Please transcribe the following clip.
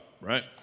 right